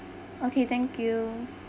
okay thank you